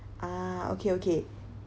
ah okay okay